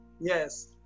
Yes